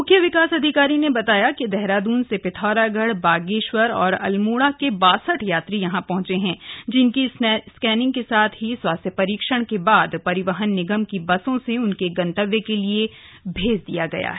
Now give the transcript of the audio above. म्ख्य विकास अधिकारी ने बताया कि देहरादून से पिथौरागढ़ बागेश्वर और अल्मोड़ा के बासठ यात्री यहां पहंचे हैं जिनकी स्कैनिंग के साथ ही स्वास्थ्य परीक्षण के बाद परिवहन निगम की बसों से उनके गंतव्य के लिए भेज दिया गया है